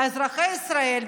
אזרחי ישראל,